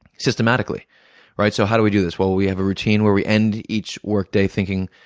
systematically alright, so how do we do this? well, we have a routine where we end each workday thinking,